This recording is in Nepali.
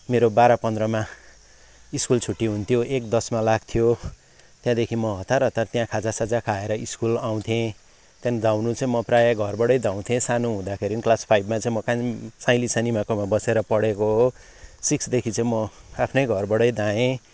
मेरो बाह्र पन्ध्रमा स्कुल छुट्टी हुन्थ्यो एक दसमा लाग्थ्यो त्यहाँदेखि म हतार हतार त्यहाँ खाजासाजा खाएर स्कुल आउँथेँ त्यहाँदेखि धाउनु चाहिँ म प्राय घरबाटै धाउँथे सानो हुँदाखेरि म क्लास फाइभमा चाहिँ म कान साइँली सानीमाकोमा बसेर पढेको हो सिक्सदेखि चाहिँ म आफ्नै घरबाटै धाएँ